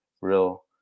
real